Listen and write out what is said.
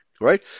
right